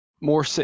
More